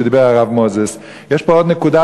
שדיבר הרב מוזס: יש פה עוד נקודה,